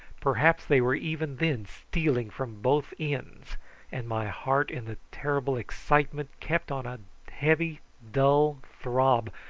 perhaps they were even then stealing from both ends and my heart in the terrible excitement kept on a heavy dull throb,